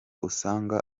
usanga